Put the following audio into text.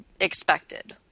expected